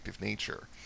nature